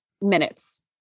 minutes